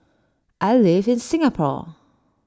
I live in Singapore